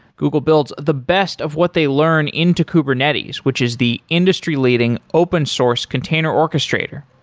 google builds the best of what they learn into kubernetes, which is the industry-leading open-source container orchestrator.